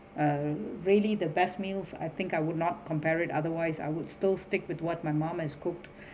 uh really the best meals I think I would not compare it otherwise I would still stick with what my mom has cooked